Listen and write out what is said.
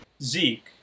Zeke